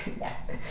Yes